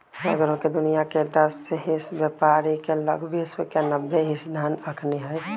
सगरो दुनियाँके दस हिस बेपारी के लग विश्व के नब्बे हिस धन अखनि हई